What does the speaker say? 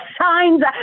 signs